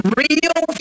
real